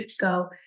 go